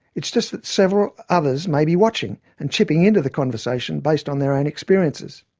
it's just that several others may be watching and chipping in to the conversation, based on their own experiences.